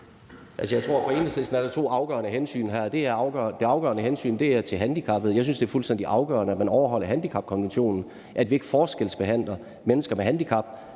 Jeg tror, at for Enhedslisten er der er to afgørende hensyn her, og det ene hensyn er til handicappede. Jeg synes, at det er fuldstændig afgørende, at man overholder handicapkonventionen, altså at vi ikke forskelsbehandler mennesker med handicap.